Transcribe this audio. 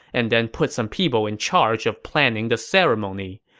and then put some people in charge of planning the ceremony.